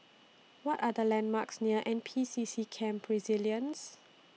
What Are The landmarks near N P C C Camp Resilience